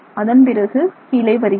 அதன் பிறகு கீழே வருகிறது